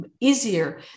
easier